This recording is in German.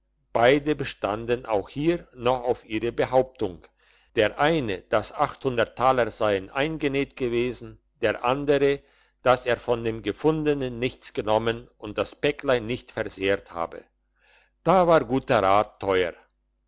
beide beistanden auch hier noch auf ihrer behauptung der eine dass taler seien eingenäht gewesen der andere dass er von dem gefundenen nichts genommen und das päcklein nicht versehrt habe da war guter rat teuer